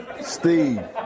Steve